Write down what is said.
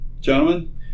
Gentlemen